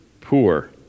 poor